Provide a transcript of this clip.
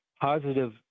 positive